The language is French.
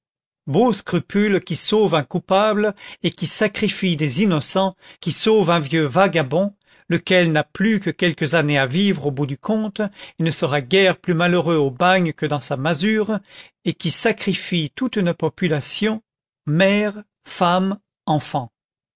beaux scrupules qui sauvent un coupable et qui sacrifient des innocents qui sauvent un vieux vagabond lequel n'a plus que quelques années à vivre au bout du compte et ne sera guère plus malheureux au bagne que dans sa masure et qui sacrifient toute une population mères femmes enfants